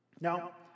Now